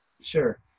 Sure